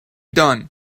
done